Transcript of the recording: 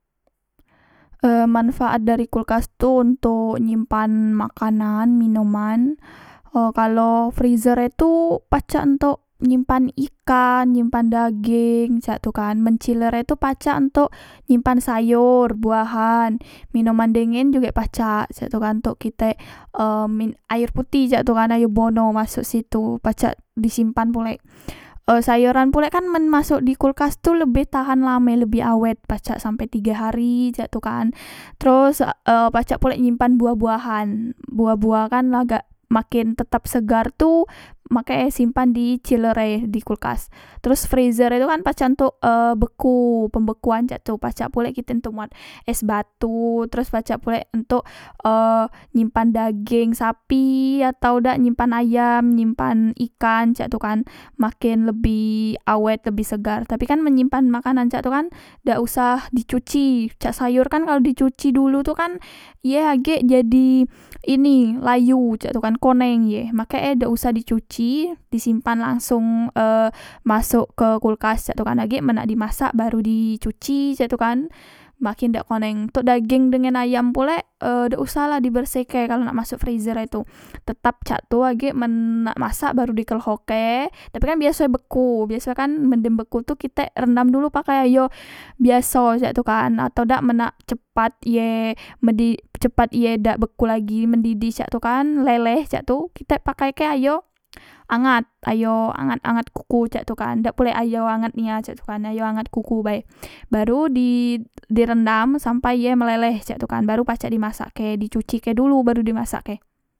E manfaat dari kulkas tu untuk nyimpan makanan minuman kalo freezer e tu pacak ontok nyimpan ikan nyimpan dageng cak tu kan men ciler e itu pacak ontok nyimpan sayor buahan minuman dengen jugek pacak cak tu kan untuk kitek e mi air putih cak tu kan air buono masok situ pacak disimpan pulek e sayoran pulek kan men masok di kulkas tu lebih tahan lame lebih awet pacak sampe tige hari cak tu kan teros e pacak pulek nyimpan buah buahan buah buah kan la agak maken tetap segar tu makek e simpan di ciler e dikulkas terus freezere e itu kan pacak ontok e beku pembekuan cak tu pacak pulek dem tu muat es batu teros pacak pulek ontok e nyimpan dageng sapi atau dak nyimpan ayam nyimpan ikan cek tu kan maken lebih awet lebih segar kan men nyimpan makanan cak tu kan dak usah di cuci sayor kan kalo di cuci dulu tu kan iye agek jadi ini layu cak tu kan koneng ye makek e dak usah dicuci disimpan langsong e masok ke kulkas cak tu kan agek men nak dimasak baru di cuci cek tu kan makin dak koneng tok dageng dengan ayam pulek e dak usahlah dibersihke kalo nak masok freezer e tu tetap cak tu agek men nak masak baru di kleho ke tapi kan biasoe beku biasoe kan men dem beku tu kitek rendam dulu pake ayo biaso cak tu kan atau dak men nak cepat ye men di cepat ye dak beku lagi mendidih cak tu kan leleh cak tu kitek pakai ke ayo angat ayo angat angat kuku cak tu kan dak pulek ayo angat nia cak tu kan ayo angat kuku bae baru di direndam sampai iye meleleh cak tu kan baru pacak dimasakke di cuci ke dulu baru pacak dimasakke